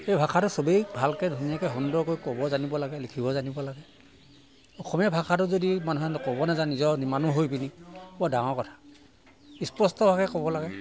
এই ভাষাটো চবেই ভালকৈ ধুনীয়াকৈ সুন্দৰকৈ ক'ব জানিব লাগে লিখিব জানিব লাগে অসমীয়া ভাষাটো যদি মানুহে ক'ব নাজানে নিজৰ মানুহ হৈ পিনি বৰ ডাঙৰ কথা স্পষ্টভাৱে ক'ব লাগে